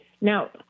Now